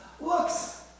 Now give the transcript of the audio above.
looks